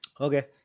Okay